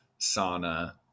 sauna